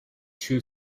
two